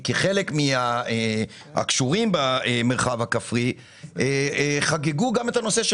חלק מהקשורים במרחב הכפרי חגגו גם את הנושא של